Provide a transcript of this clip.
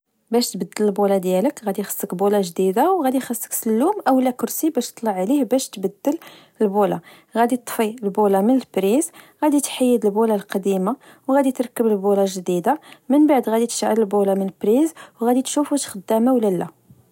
باش تبدل البولة ديالك، غدي خصك بولة جديدة و غدي خصك سلوم أولا كرسي باش طلع عليه، باش تبدل البولة، غدي طفي البولة من البريز، غدي تحيد البولة القديمة، وغدي تركب البولة جديدة، من بعد غدي تشعل البولة من البريز و غدي تشوف واش خدامة ولا لا